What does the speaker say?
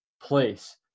place